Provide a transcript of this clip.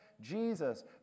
Jesus